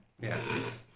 Yes